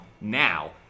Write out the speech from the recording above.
now